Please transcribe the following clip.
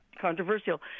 controversial